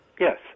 Yes